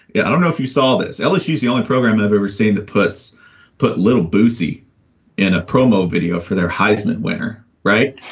yeah. i don't know if you saw this, ella. she's the only program i've ever seen that puts put little boosie in a promo video for their heisman winner. right.